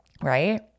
right